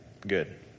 good